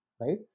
right